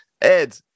Ed